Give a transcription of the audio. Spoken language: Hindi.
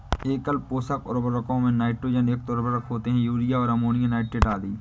एकल पोषक उर्वरकों में नाइट्रोजन युक्त उर्वरक होते है, यूरिया और अमोनियम नाइट्रेट आदि